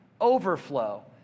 Overflow